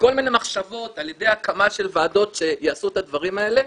בכל מיני מחשבות על ידי הקמה של ועדות שיעשו את הדברים האלה,